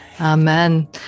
Amen